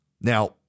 Now